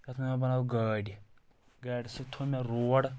بَنٲو گٲڑۍ گاڑِ سۭتۍ تھوٚو مےٚ روڈ